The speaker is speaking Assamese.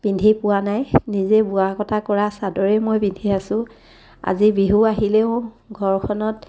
পিন্ধি পোৱা নাই নিজেই বোৱা কটা কৰা চাদৰেই মই পিন্ধি আছো আজি বিহু আহিলেও ঘৰখনত